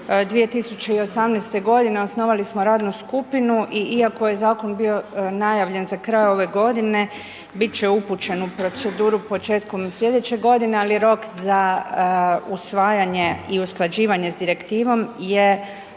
2018. godine osnovali smo radnu skupinu i iako je zakon bio najavljen za kraj ove godine biti će upućen u proceduru početkom slj. godine ali rok za usvajanje i usklađivanje sa direktivom je